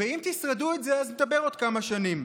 ואם תשרדו את זה, אז נדבר עוד כמה שנים.